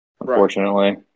Unfortunately